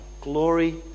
glory